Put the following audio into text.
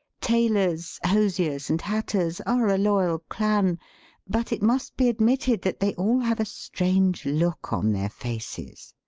tailors, hosiers, and hatters are a loyal clan but it must be admitted that they all have a strange look on their faces.